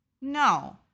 No